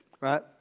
right